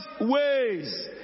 ways